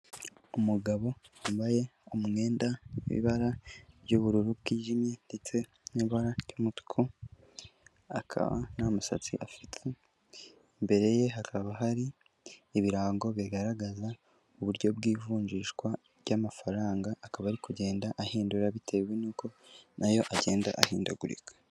Umugabo wambaye umwenda w'ibara ry'ubururu bwijimye ndetse n'ibara ry'umutuku akaba nta musatsi afite; imbere ye hakaba hari ibirango bigaragaza uburyo bw'ivunjishwa ry'amafaranga akaba ari kugenda ahindura bitewe nuko nayo agenda ahindagurika.